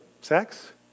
sex